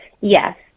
Yes